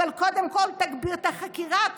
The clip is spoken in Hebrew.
אבל קודם כול תגביר את החקירה.